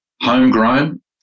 homegrown